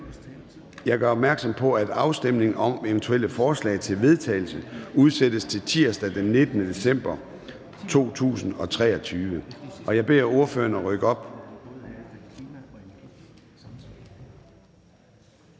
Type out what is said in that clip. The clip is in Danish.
jeg gør opmærksom på, at afstemningen om eventuelle forslag til vedtagelse udsættes til tirsdag den 19. december 2023. Kl. 10:46 Formanden (Søren